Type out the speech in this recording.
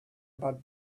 about